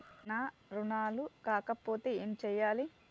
నా రుణాలు కాకపోతే ఏమి చేయాలి?